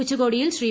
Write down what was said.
ഉച്ചകോടിയിൽ ശ്രീ